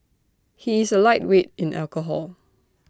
he is A lightweight in alcohol